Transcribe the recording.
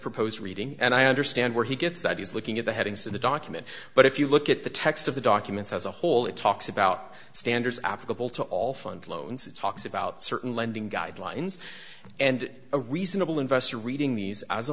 proposed reading and i understand where he gets that he's looking at the headings of the document but if you look at the text of the documents as a whole it talks about standards applicable to all fund loans it talks about certain lending guidelines and a reasonable investor reading these as a